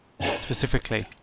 specifically